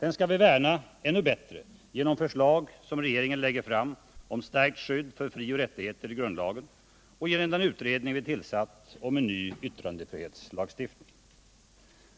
Den skall vi värna ännu bättre genom förslag som regeringen ligger fram om stärkt skydd för fri och rättigheterna i grundlagen och genom den utredning vi tillsatt om en ny yttrandefrihetslagstiftning.